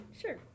Sure